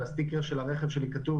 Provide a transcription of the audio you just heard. על הסטיקר של הרכב שלי כתוב